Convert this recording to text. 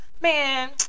man